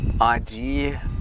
idea